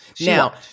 Now